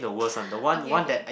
okay okay